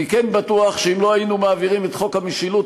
אני כן בטוח שאם לא היינו מעבירים את חוק המשילות,